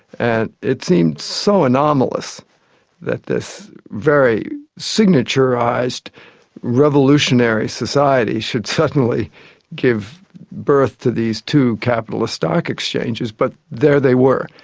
and it seemed so anomalous that this very signaturised revolutionary society should suddenly give birth to these two capitalist stock exchanges, but there they were,